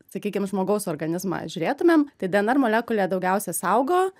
sakykim žmogaus organizmą žiūrėtumėm tai dnr molekulė daugiausia saugo